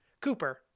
Cooper